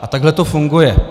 A takhle to funguje.